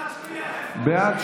להעביר את